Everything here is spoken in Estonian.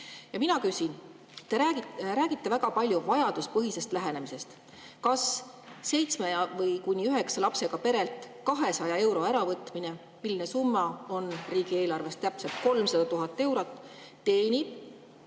Ja mina küsin. Te räägite väga palju vajaduspõhisest lähenemisest. Kas seitsme kuni üheksa lapsega perelt 200 euro äravõtmine, milline summa on riigieelarves täpselt 300 000 eurot, teenib